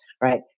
Right